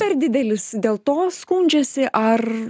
per didelis dėl to skundžiasi ar